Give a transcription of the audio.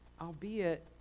albeit